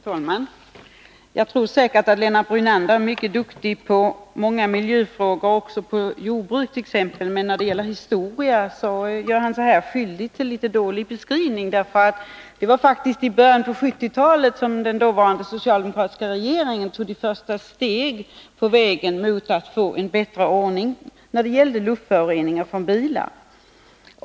Herr talman! Jag tror att Lennart Brunander är mycket duktig på många miljöfrågor och på t.ex. jordbruksfrågor. Men hans historieskrivning är litet dålig. Det var faktiskt i början på 1970-talet som den socialdemokratiska regeringen tog ett första steg på vägen mot en bättre ordning när det gäller luftföroreningar från bilar.